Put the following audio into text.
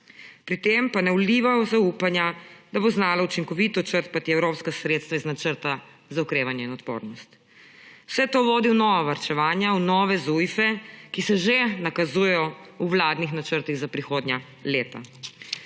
pri tem pa ne vliva zaupanja, da bo znala učinkovito črpati evropska sredstva iz načrta za okrevanje in odpornost. Vse to vodi v nova varčevanja, v nove zujfe, ki se že nakazujejo v vladnih načrtih za prihodnja leta.